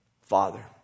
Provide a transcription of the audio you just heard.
Father